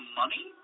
money